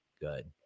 Good